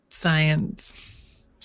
science